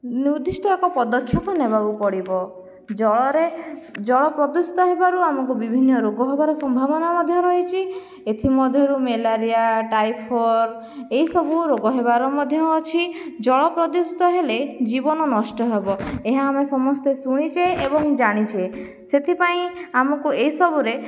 ନିର୍ଦ୍ଦିଷ୍ଟ ଏକ ପଦକ୍ଷେପ ନେବାକୁ ପଡ଼ିବ ଜଳରେ ଜଳ ପ୍ରଦୂଷିତ ହେବାରୁ ଆମକୁ ବିଭିନ୍ନ ରୋଗ ହେବାର ସମ୍ଭାବନା ମଧ୍ୟ ରହିଛି ଏଥିମଧ୍ୟରୁ ମ୍ୟାଲେରିଆ ଟାଇଫଏଡ୍ ଏହିସବୁ ରୋଗ ହେବାର ମଧ୍ୟ ଅଛି ଜଳ ପ୍ରଦୂଷିତ ହେଲେ ଜୀବନ ନଷ୍ଟ ହେବ ଏହା ଆମେ ସମସ୍ତେ ଶୁଣିଛେ ଏବଂ ଜାଣିଛେ ସେଥିପାଇଁ ଆମକୁ ଏହିସବୁରେ